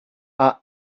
are